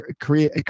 create